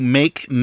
make